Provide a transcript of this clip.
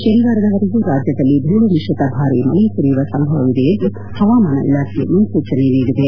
ಶನಿವಾರದವರೆಗೂ ರಾಜ್ಯದಲ್ಲಿ ಧೂಳು ಮಿತ್ರಿತ ಭಾರೀ ಮಳೆ ಸುರಿಯುವ ಸಂಭವವಿದೆಯೆಂದು ಹವಾಮಾನ ಇಲಾಖೆ ಮುನ್ನೂಚನೆ ನೀಡಿದೆ